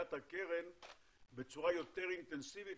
בסוגיית הקרן בצורה יותר אינטנסיבית.